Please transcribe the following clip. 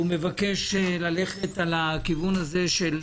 שהוא מבקש ללכת על הכיוון הזה של